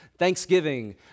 thanksgiving